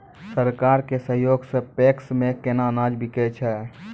सरकार के सहयोग सऽ पैक्स मे केना अनाज बिकै छै?